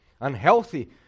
unhealthy